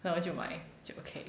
then 我就买就 okay